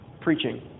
preaching